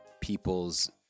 people's